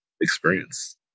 experience